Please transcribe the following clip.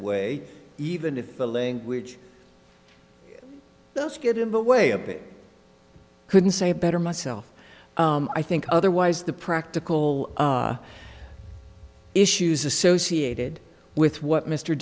way even if the language just get in the way of it couldn't say it better myself i think otherwise the practical issues associated with what mr